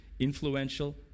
Influential